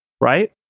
right